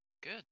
Good